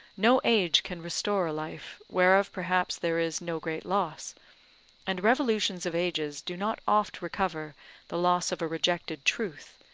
no age can restore a life, whereof perhaps there is no great loss and revolutions of ages do not oft recover the loss of a rejected truth,